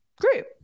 great